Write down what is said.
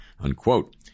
unquote